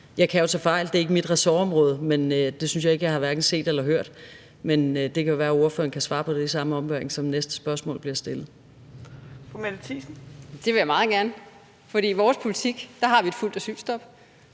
Jeg kan jo tage fejl, det er ikke mit ressortområde, men det synes jeg hverken jeg har set eller hørt. Men det kan jo være, ordføreren kan svare på det i samme ombæring, som næste spørgsmål bliver stillet. Kl. 18:54 Fjerde næstformand (Trine Torp): Fru Mette Thiesen.